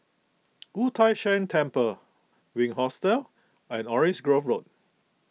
Wu Tai Shan Temple Wink Hostel and Orange Grove Road